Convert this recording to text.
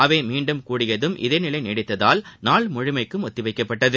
அவை மீண்டும் கூடியதும் இதேநிலை நீடித்ததால் நாள் முழுமைக்கும் ஒத்திவைக்கப்பட்டது